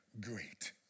great